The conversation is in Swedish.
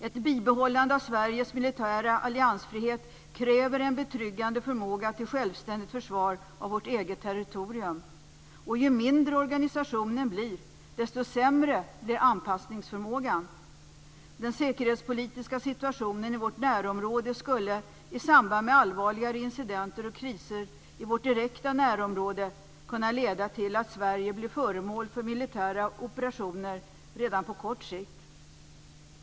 Ett bibehållande av Sveriges militära alliansfrihet kräver en betryggande förmåga till självständigt försvar av vårt eget territorium. Och ju mindre organisationen blir, desto sämre blir anpassningsförmågan. Den säkerhetspolitiska situationen i vårt närområde skulle, i samband med allvarligare incidenter och kriser i vårt direkta närområde, kunna leda till att Sverige blir föremål för militära operationer redan på kort sikt.